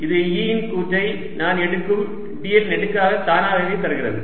இது E இன் கூறை நான் எடுக்கும் dl நெடுக்காக தானாகவே தருகிறது